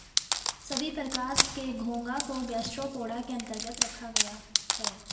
सभी प्रकार के घोंघा को गैस्ट्रोपोडा के अन्तर्गत रखा गया है